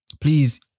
please